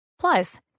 Plus